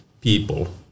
people